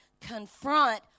confront